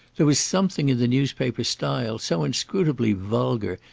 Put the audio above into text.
there was something in the newspaper style so inscrutably vulgar,